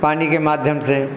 पानी के माध्यम से